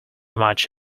much